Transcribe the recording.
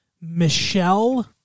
Michelle